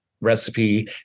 recipe